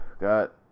got